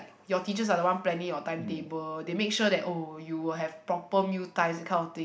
your teachers are the one planning your timetable they make sure that oh you will have proper meal time that kind of thing